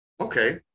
okay